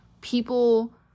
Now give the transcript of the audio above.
people